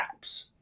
apps